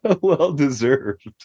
Well-deserved